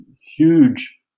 huge